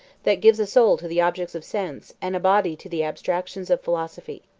that gives a soul to the objects of sense, and a body to the abstractions of philosophy.